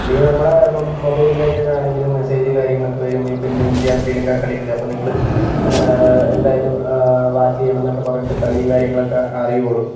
അല്ലെങ്കിൽ നമ്മളുടെ മൊബൈലിലേക്കൊക്കെ ആണെങ്കിലും മെസേജ് കാര്യങ്ങളൊക്കെ വരും ഇപ്പോൾ ഇന്ന് ഇന്ത്യ ശ്രീലങ്ക കളിയുണ്ട് അപ്പോൾ നിങ്ങൾ എന്തായാലും വാച്ച് ചെയ്യണം എന്നൊക്കെ പറഞ്ഞിട്ട് കളിയും കാര്യങ്ങളൊക്കെ അറിയുകയുള്ളൂ